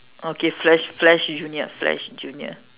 okay flash flash junior flash junior